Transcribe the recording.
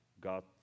God